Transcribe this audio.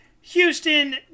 Houston